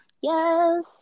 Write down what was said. Yes